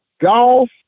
golf